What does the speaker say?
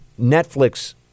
Netflix